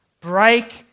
break